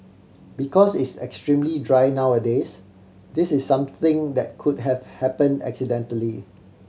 because it's extremely dry nowadays this is something that could have happen accidentally